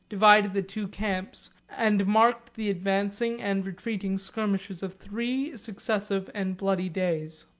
divided the two camps, and marked the advancing and retreating skirmishes of three successive and bloody days.